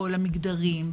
בכל המגדרים,